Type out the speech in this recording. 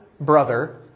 brother